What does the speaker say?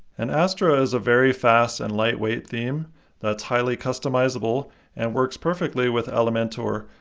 and astra is a very fast and lightweight theme that is highly customizable and works perfectly with elementor,